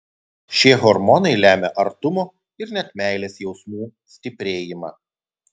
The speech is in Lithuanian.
šie hormonai lemia artumo ir net meilės jausmų stiprėjimą